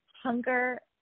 Hunger